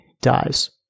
dies